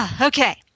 Okay